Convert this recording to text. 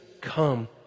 come